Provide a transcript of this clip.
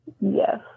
Yes